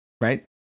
right